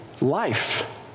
life